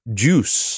juice